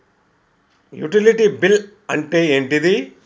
Utility bill అంటే ఏంటిది?